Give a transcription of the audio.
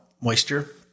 moisture